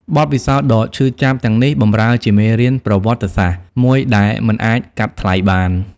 បទពិសោធន៍ដ៏ឈឺចាប់ទាំងនេះបម្រើជាមេរៀនប្រវត្តិសាស្ត្រមួយដែលមិនអាចកាត់ថ្លៃបាន។